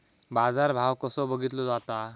बाजार भाव कसो बघीतलो जाता?